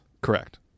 Correct